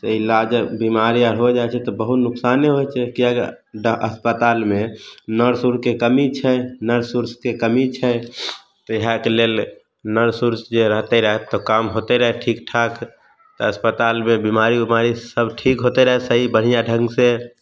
ई इलाजे बिमाड़ी आर होइ जाइ छै तऽ बहुत नुकसाने होइ छै किए तऽ अस्पतालमे नर्स उर्सके कमी छै नर्स उर्सके कमी छै तऽ इएहके लेल नर्स उर्स जे रहतै रए तऽ काम होतै रए ठीक ठाक अस्पतालमे बिमाड़ी उमारी सब ठीक होतै रहै सही बढ़िऑं ढंग से